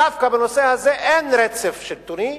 דווקא בנושא הזה אין רצף שלטוני,